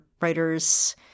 writers